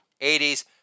80s